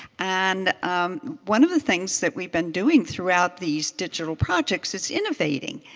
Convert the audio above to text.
and one of the things that we've been doing throughout these digital projects is innovating.